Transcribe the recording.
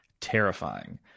terrifying